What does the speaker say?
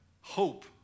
hope